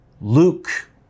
Luke